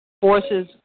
Forces